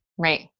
Right